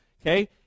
okay